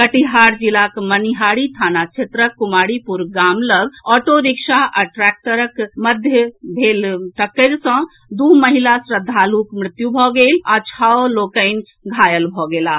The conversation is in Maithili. कटिहार जिलाक मनिहारी थाना क्षेत्रक कुमारीपुर गाम लऽग ऑटोरिक्शा आ ट्रैक्टरक टक्कर मे दू महिला श्रद्धालुक मृत्यु भऽ गेल आ छओ आन लोकनि घायल भऽ गेलाह